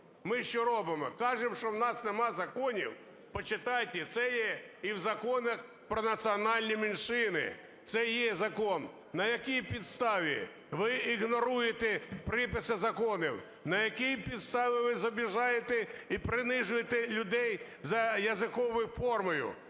ми що робимо? Кажемо, що у нас нема законів. Почитайте, це є і в Законі про національні меншини, це є закон. На якій підставі ви ігноруєте приписи законів? На якій підставі ви обіжаете і принижуєте людей за язиковою формою?!